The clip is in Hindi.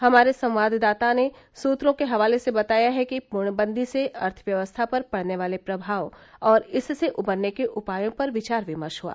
हमारे संवाददाता ने सूत्रों के हवाले से बताया है कि पूर्णबंदी से अर्थव्यवस्था पर पड़ने वाले प्रभाव और इससे उबरने के उपायों पर विचार विमर्श हुआ